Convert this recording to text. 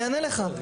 אני אענה לך.